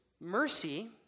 mercy